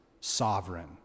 sovereign